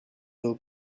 will